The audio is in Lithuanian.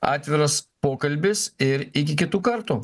atviras pokalbis ir iki kitų kartų